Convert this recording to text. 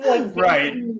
Right